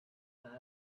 now